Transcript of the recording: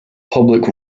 public